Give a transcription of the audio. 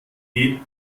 geht